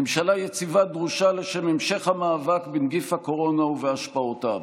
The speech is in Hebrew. ממשלה יציבה דרושה לשם המשך המאבק בנגיף הקורונה ובהשפעותיו.